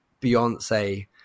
beyonce